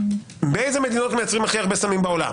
מאלו מדינות מייצרים הכי הרבה סמים בעולם.